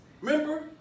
Remember